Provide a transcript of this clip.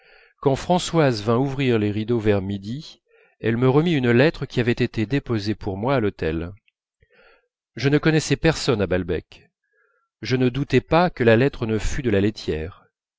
quand françoise vint ouvrir les rideaux vers midi elle me remit une lettre qui avait été déposée pour moi à l'hôtel je ne connaissais personne à balbec je ne doutai pas que la lettre ne fût de la laitière